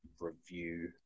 review